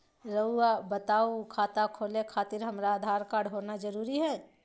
रउआ बताई खाता खोले खातिर हमरा आधार कार्ड होना जरूरी है?